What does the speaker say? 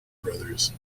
brothers